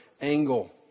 angle